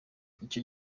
icyo